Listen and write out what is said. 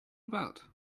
about